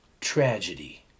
Tragedy